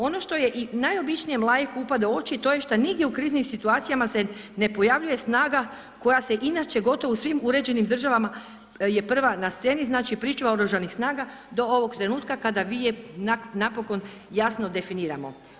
Ono što je i najobičnijem laiku upada u oči to je što nigdje u kriznim situacijama se ne pojavljuje snaga koja se inače u gotovo svim uređenim državama je prva na sceni, znači pričuva Oružanih snaga do ovog trenutka kada vi je napokon definiramo.